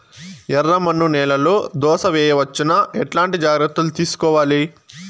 ఎర్రమన్ను నేలలో దోస వేయవచ్చునా? ఎట్లాంటి జాగ్రత్త లు తీసుకోవాలి?